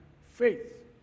Faith